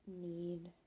Need